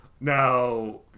Now